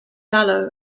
gallo